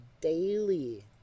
daily